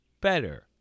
better